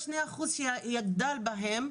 2% שהוא יגדל בהם,